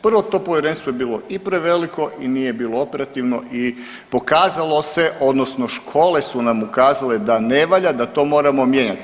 Prvo, to povjerenstvo je bilo i preveliko i nije bilo operativno i pokazalo se odnosno škole su nam ukazale da ne valja, da to moramo mijenjati.